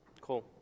Cool